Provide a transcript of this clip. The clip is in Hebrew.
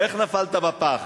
איך נפלת בפח?